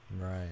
Right